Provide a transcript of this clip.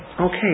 okay